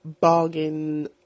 bargain